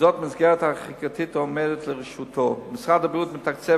וזאת במסגרת החקיקתית העומדת לרשותו: משרד הבריאות מתקצב